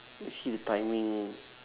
let's see the timing